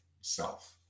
self